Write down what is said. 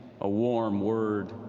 a warm word,